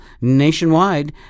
nationwide